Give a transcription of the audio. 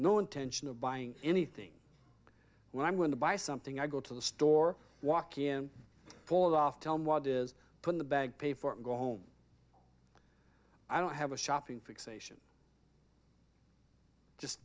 no intention of buying anything when i'm going to buy something i go to the store walk in fall off tell me what is put in the bag pay for it go home i don't have a shopping fixation just